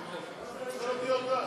אני רוצה להודיע הודעה.